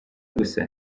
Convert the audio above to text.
gusa